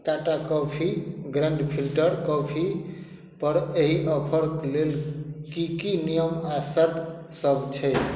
Tata coffee grand filter coffee पर एहि offer लेल की की नियम आ शर्त सभ छै